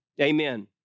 Amen